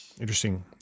Interesting